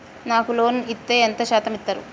నాకు లోన్ ఇత్తే ఎంత శాతం ఇత్తరు?